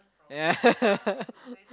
yeah